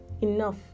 Enough